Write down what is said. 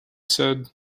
said